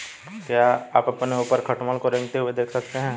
क्या आप अपने ऊपर खटमल को रेंगते हुए देख सकते हैं?